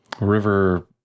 river